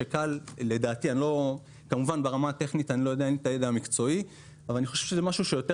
לדעתי כמובן ברמה הטכנית אין לי את הידע המקצועי - זה משהו שיותר